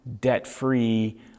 debt-free